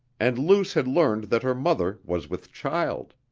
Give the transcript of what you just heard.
and luce had learned that her mother was with child.